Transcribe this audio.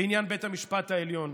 בעניין בית המשפט העליון?